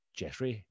jeffrey